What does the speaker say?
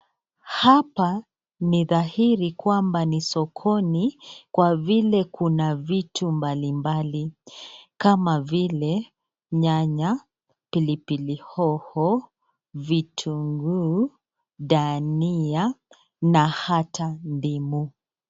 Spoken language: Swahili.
Hapa ni dhairi kwamba ni sokoni, kwa vile kuna vitu mbalimbali kama vile nyanya, pilipili hoho, vitunguu, dania na ata ndimu.